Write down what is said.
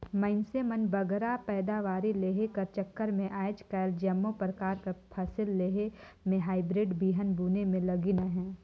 मइनसे मन बगरा पएदावारी लेहे कर चक्कर में आएज काएल जम्मो परकार कर फसिल लेहे में हाईब्रिड बीहन बुने में लगिन अहें